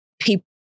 people